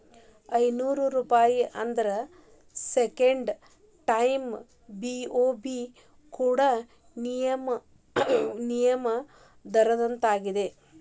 ಐನೂರೂಪಾಯಿ ಆದ್ರ second time BOB ಕೊಡೋ ವಿನಿಮಯ ದರದಾಗಿರ್ತದ